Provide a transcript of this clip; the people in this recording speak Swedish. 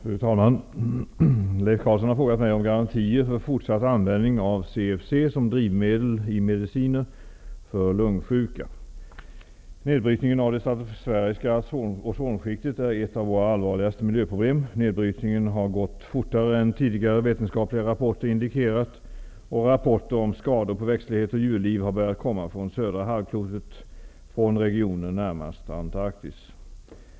Fru talman! Leif Carlson har frågat mig om garantier för fortsatt användning av CFC som drivmedel i mediciner för lungsjuka. Nedbrytningen av det stratosfäriska ozonskiktet är ett av våra allvarligaste miljöproblem. Nedbrytningen har gått fortare än tidigare vetenskapliga rapporter indikerat, och rapporter om skador på växtlighet och djurliv har börjat komma från södra halvklotet, från regioner närmast Antarktis.